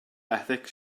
ethics